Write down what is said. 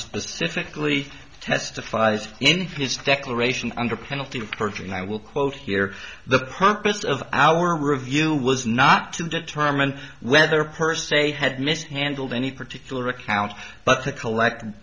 specifically testifies in his declaration under penalty of perjury and i will quote here the purpose of our review was not to determine whether per se had mishandled any particular account but to collect